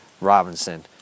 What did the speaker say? Robinson